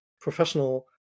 professional